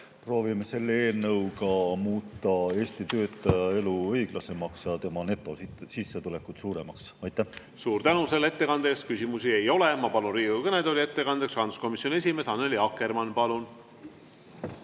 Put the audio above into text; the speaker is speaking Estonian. proovime selle eelnõuga muuta Eesti töötaja elu õiglasemaks ja tema netosissetulekut suuremaks. Aitäh! Suur tänu selle ettekande eest! Küsimusi ei ole. Ma palun Riigikogu kõnetooli ettekandjaks rahanduskomisjoni esimehe Annely Akkermanni. Palun!